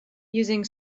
using